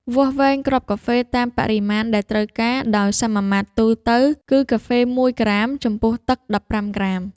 វាស់វែងគ្រាប់កាហ្វេតាមបរិមាណដែលត្រូវការ ដោយសមាមាត្រទូទៅគឺកាហ្វេ ១ ក្រាម ចំពោះទឹក ១៥ ក្រាម។